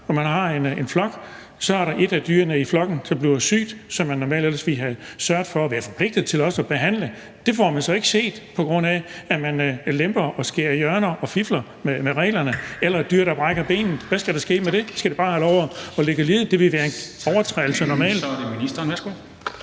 hvor man har en flok, og så er der et af dyrene i flokken, som bliver sygt, og som man normalt også ville være forpligtet til at behandle. Det får man så ikke set, på grund af at man lemper og skærer hjørner og fifler med reglerne. Eller det kan være et dyr, der brækker benet: Hvad skal der ske med det? Skal det bare have lov til at ligge og lide? Det vil normalt være en overtrædelse. Kl. 17:00 Formanden (Henrik